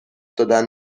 دادن